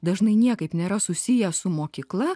dažnai niekaip nėra susiję su mokykla